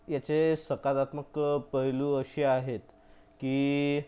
याचे सकारात्मक पैलू असे आहेत की